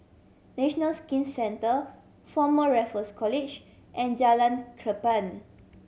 National Skin Centre Former Raffles College and Jalan Cherpen